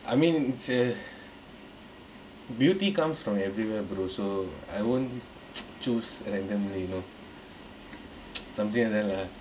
I mean it's a beauty comes from everywhere bro so I won't choose randomly you know something like that lah